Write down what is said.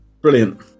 Brilliant